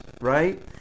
right